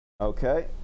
Okay